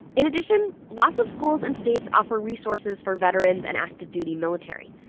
in addition, lots of schools and states offer resources for veterans and active-duty military.